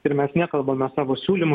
ir mes nekalbame savo siūlymų